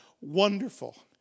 wonderful